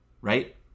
Right